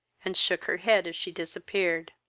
and shook her head as she disappeared.